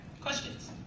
Questions